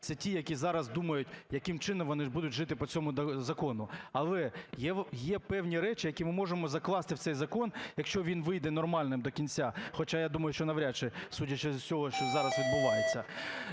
це ті, які зараз думають, яким чином вони будуть жити по цьому закону. Але є певні речі, які ми можемо закласти в цей закон, якщо він вийде нормальним до кінця, хоча я думаю, що навряд чи, судячи з усього, що зараз відбувається.